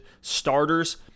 starters